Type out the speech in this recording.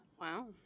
Wow